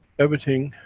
everything,